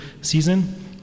season